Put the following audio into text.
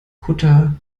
kutter